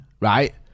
right